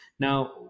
Now